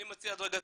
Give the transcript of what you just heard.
אני מציע הדרגתיות.